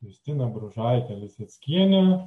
justiną bružaitę liseckienę